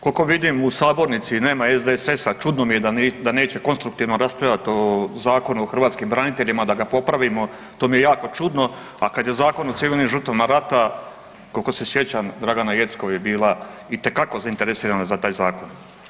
Koliko vidim u sabornici nema SDSS-a, čudno mi je da neće konstruktivno raspravljati o Zakonu o hrvatskim braniteljima, da ga popravimo, to mi je jako čudno, a kad je Zakon o civilnim žrtvama rata koliko se sjećam Dragana Jeckov je bila itekako zainteresirana za taj Zakon.